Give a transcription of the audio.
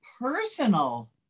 personal